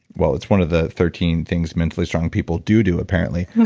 well, it's one of the thirteen things mentally strong people do do apparently.